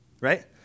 right